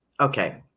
Okay